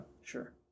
Sure